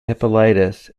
hippolytus